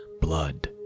blood